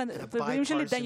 כמו פעמים רבות קודם,